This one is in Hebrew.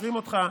מחרים אותך,